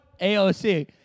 AOC